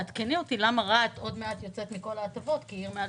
תעדכני אותי למה רהט עוד מעט יוצאת מכל ההטבות כי היא תהיה עיר עם יותר